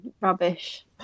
rubbish